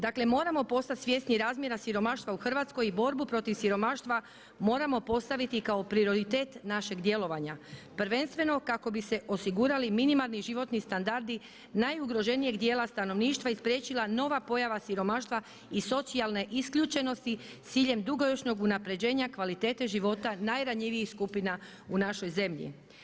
Dakle moramo postati svjesni razmjera siromaštva u Hrvatskoj i borbu protiv siromaštva moramo postaviti kao prioritet našeg djelovanja prvenstveno kako bi se osigurali minimalni životni standardi najugroženijeg djela stanovništva i spriječila nova pojava siromaštva i socijalne isključenosti s ciljem dugoročnog unaprjeđenja kvalitete života najranjivijih skupina u našoj zemlji.